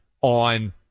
on